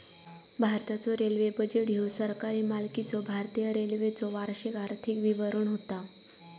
भारताचो railway budget ह्यो सरकारी मालकीच्यो भारतीय रेल्वेचो वार्षिक आर्थिक विवरण होता